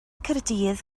caerdydd